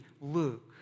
Luke